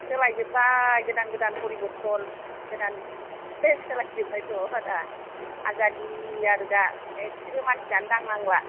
सोलायजोब्बाय गोदान गोदान परिबर्टन गोदान सेस सोलाय जोब्बायथ' दा आजादि आरो दा इसेबो मानसियानो दांनांला